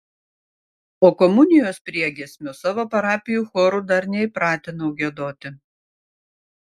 o komunijos priegiesmio savo parapijų chorų dar neįpratinau giedoti